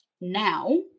now